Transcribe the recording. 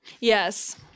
Yes